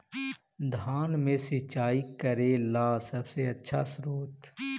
धान मे सिंचाई करे ला सबसे आछा स्त्रोत्र?